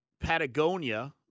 patagonia